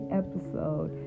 episode